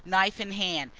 knife in hand,